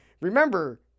remember